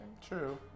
true